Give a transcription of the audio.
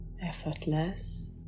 effortless